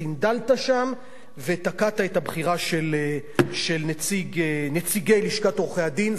סנדלת שם ותקעת את הבחירה של נציגי לשכת עורכי-הדין.